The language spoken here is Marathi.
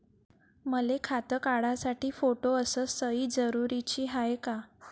मले खातं काढासाठी फोटो अस सयी जरुरीची हाय का?